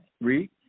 Read